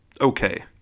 okay